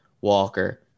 Walker